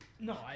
no